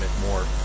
more